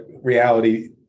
reality